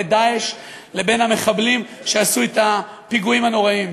"דאעש" לבין המחבלים שעשו את הפיגועים הנוראיים.